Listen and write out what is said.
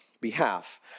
behalf